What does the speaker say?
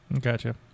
Gotcha